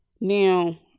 Now